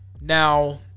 Now